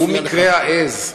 הוא מקרה העז.